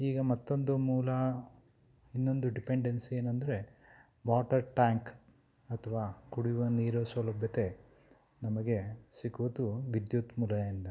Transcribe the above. ಈಗ ಮತ್ತೊಂದು ಮೂಲ ಇನ್ನೊಂದು ಡಿಪೆಂಡೆನ್ಸಿ ಏನಂದರೆ ವಾಟರ್ ಟ್ಯಾಂಕ್ ಅಥ್ವಾ ಕುಡಿಯುವ ನೀರಿನ ಸೌಲಭ್ಯತೆ ನಮಗೆ ಸಿಗುವುದು ವಿದ್ಯುತ್ ಮೂಲದಿಂದ